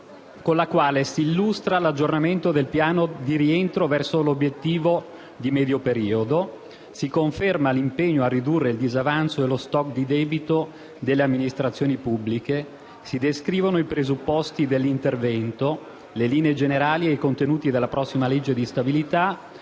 con la quale si illustra l'aggiornamento del piano di rientro verso l'obiettivo di medio periodo, si conferma l'impegno a ridurre il disavanzo e lo *stock* di debito delle amministrazioni pubbliche, si descrivono i presupposti dell'intervento, le linee generali e i contenuti della prossima legge di stabilità